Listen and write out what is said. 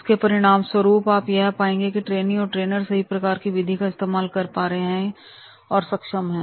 जिसके परिणाम स्वरूप आप यह पाएंगे की ट्रेनी और ट्रेनर सही प्रकार के विधि का इस्तेमाल कर पा रहे हैं और सक्षम है